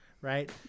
right